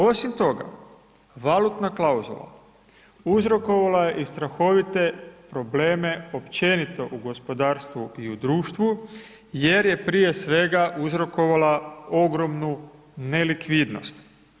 Osim toga, valutna klauzula uzrokovala je i strahovite probleme općenito u gospodarstvu i u društvu, jer je prije svega uzrokovala ogromnu nelikvidnost.